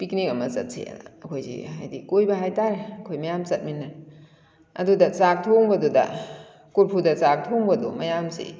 ꯄꯤꯛꯅꯤꯡ ꯑꯃ ꯆꯠꯁꯦꯅ ꯑꯩꯈꯣꯏꯁꯤ ꯍꯥꯏꯗꯤ ꯀꯣꯏꯕ ꯍꯥꯏꯇꯥꯔꯦ ꯑꯩꯈꯣꯏ ꯃꯌꯥꯝ ꯆꯠꯃꯤꯟꯅꯩ ꯑꯗꯨꯗ ꯆꯥꯛ ꯊꯣꯡꯕꯗꯨꯗ ꯀꯣꯔꯐꯨꯗ ꯆꯥꯛ ꯊꯣꯡꯕꯗꯣ ꯃꯌꯥꯝꯁꯤ